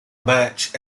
match